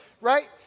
Right